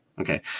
Okay